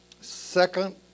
second